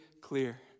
clear